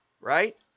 right